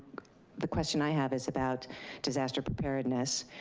the question i have is about disaster preparedness.